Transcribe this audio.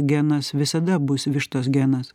genas visada bus vištos genas